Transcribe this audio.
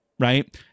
Right